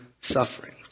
suffering